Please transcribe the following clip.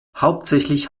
hauptsächlich